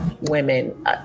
women